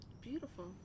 Beautiful